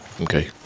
okay